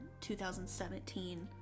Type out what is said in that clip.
2017